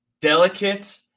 delicate –